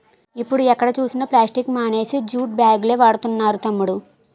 ఇప్పుడు ఎక్కడ చూసినా ప్లాస్టిక్ మానేసి జూట్ బాగులే వాడుతున్నారు తమ్ముడూ